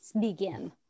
begin